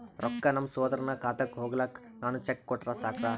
ರೊಕ್ಕ ನಮ್ಮಸಹೋದರನ ಖಾತಕ್ಕ ಹೋಗ್ಲಾಕ್ಕ ನಾನು ಚೆಕ್ ಕೊಟ್ರ ಸಾಕ್ರ?